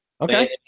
Okay